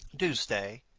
do stay.